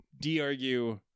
de-argue